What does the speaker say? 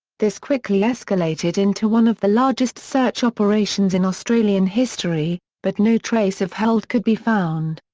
this quickly escalated into one of the largest search operations in australian history, but no trace of holt could be found.